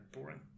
boring